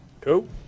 Cool